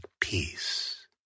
peace